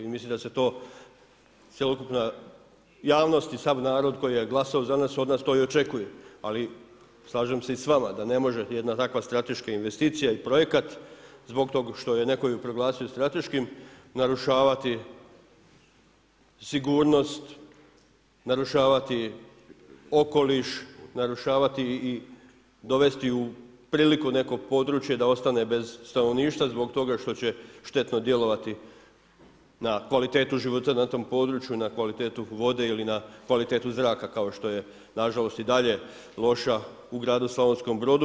I mislim da se to cjelokupna javnost i sav narod koji je glasao za nas od nas to i očekuje, ali slažem se i s vama, da ne može jedna takva strateška investicija i projekat zbog tog što je netko ju proglasio strateškom narušavati sigurnost, narušavati okoliš, narušavati i dovesti u priliku neko područje da ostane bez stanovništva zbog toga što će štetno djelovati na kvalitetu života na tom području, na kvalitetu vode ili na kvalitetu zraka, kao što je nažalost, i dalje loša u gradu Slavonskom Brodu.